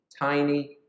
tiny